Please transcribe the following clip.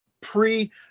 pre